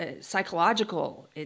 psychological